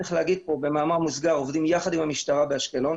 צריך לומר כאן במאמר מוסגר שאנחנו עובדים יחד עם המשטרה באשקלון.